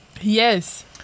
Yes